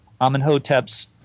amenhotep's